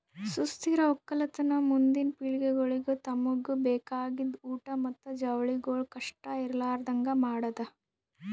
ಸುಸ್ಥಿರ ಒಕ್ಕಲತನ ಮುಂದಿನ್ ಪಿಳಿಗೆಗೊಳಿಗ್ ತಮುಗ್ ಬೇಕಾಗಿದ್ ಊಟ್ ಮತ್ತ ಜವಳಿಗೊಳ್ ಕಷ್ಟ ಇರಲಾರದಂಗ್ ಮಾಡದ್